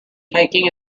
taking